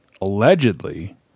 allegedly